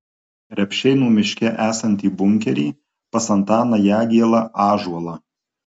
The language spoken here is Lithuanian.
repšėnų miške esantį bunkerį pas antaną jagielą ąžuolą